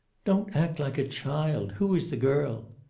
don't act like a child. who was the girl?